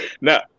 Now